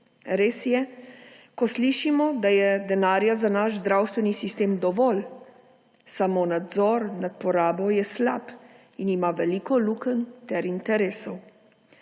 Res je, ko slišimo, da je denarja za naš zdravstveni sistem dovolj, samo nadzor nad porabo je slab in ima veliko lukenj in interesov.